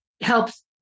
helps